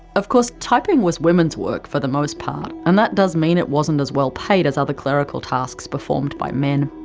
of course, typing was women's work for the most part, and that does mean it wasn't as well paid as other clerical tasks performed by men,